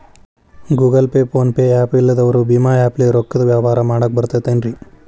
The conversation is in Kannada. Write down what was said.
Google Pay, PhonePe app ಇಲ್ಲದವರು ಭೇಮಾ ಆ್ಯಪ್ ಲೇ ರೊಕ್ಕದ ವ್ಯವಹಾರ ಮಾಡಾಕ್ ಬರತೈತೇನ್ರೇ?